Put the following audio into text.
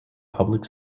public